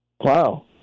Wow